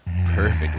Perfect